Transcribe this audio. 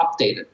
updated